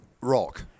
Rock